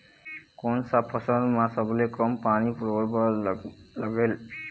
कोन सा फसल मा सबले कम पानी परोए बर लगेल?